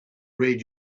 read